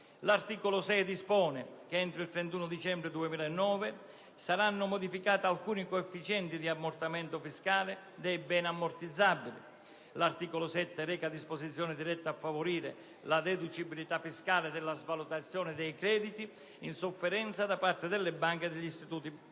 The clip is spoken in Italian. L'articolo 6 dispone che, entro il 31 dicembre 2009, saranno modificati alcuni coefficienti di ammortamento fiscale dei beni ammortizzabili. L'articolo 7 reca disposizioni dirette a favorire la deducibilità fiscale della svalutazione dei crediti in sofferenza da parte delle banche e degli istituti finanziari.